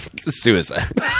Suicide